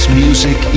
music